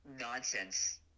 nonsense